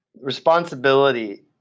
responsibility